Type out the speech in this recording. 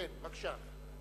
בבקשה.